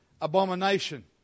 abomination